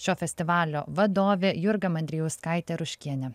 šio festivalio vadovė jurga mandrijauskaitė ruškienė